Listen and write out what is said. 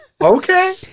Okay